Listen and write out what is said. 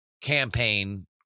campaign